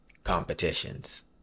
competitions